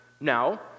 Now